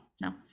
no